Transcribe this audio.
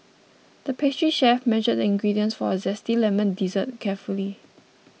the pastry chef measured the ingredients for a Zesty Lemon Dessert carefully